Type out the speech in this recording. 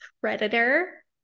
Predator